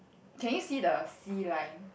can you see the sea line